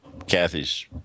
Kathy's